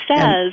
says